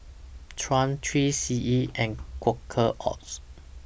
Triumph three C E and Quaker Oats